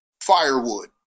firewood